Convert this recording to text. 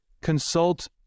consult